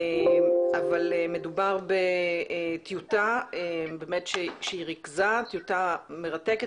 אבל מדובר בטיוטה שהיא ריכזה, טיוטה מרתקת.